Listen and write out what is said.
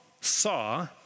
saw